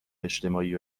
اجتماعی